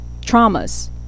traumas